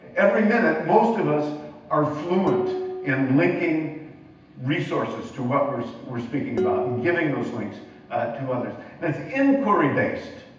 every minute, most of us are fluent in linking resources to what we're we're speaking about, and giving those links to others. it's inquiry-based.